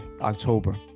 October